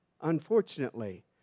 Unfortunately